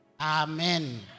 Amen